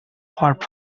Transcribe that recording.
hot